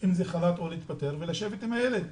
אם זה חל"ת או להתפטר, ולשבת עם הילד.